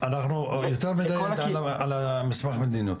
אנחנו יותר מדי על מסמך המדיניות.